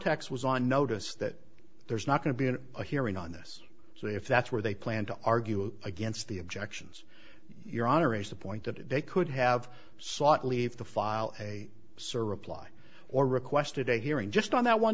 switched on notice that there's not going to be an a hearing on this so if that's where they plan to argue against the objections your honor is the point that they could have sought leave the file a server apply or requested a hearing just on that one